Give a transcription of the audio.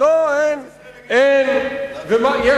אולי השחיתות היא, אין.